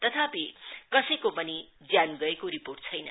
तथापि कसैको पनि ज्यान गएको रोपोर्ट छैन